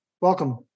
welcome